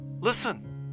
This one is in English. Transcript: listen